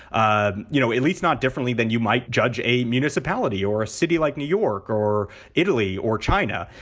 ah you know, at least not differently than you might judge a municipality or a city like new york or italy or china,